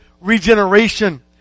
regeneration